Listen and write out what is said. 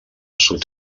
sud